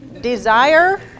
desire